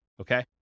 Okay